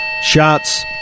Shots